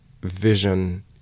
vision